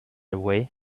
away